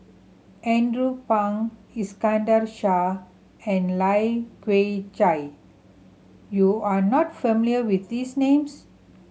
Andrew Phang Iskandar Shah and Lai Kew Chai you are not familiar with these names